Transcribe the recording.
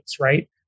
right